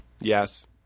Yes